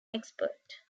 expert